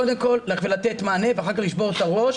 קודם כל לתת מענה ואחר כך לשבור את הראש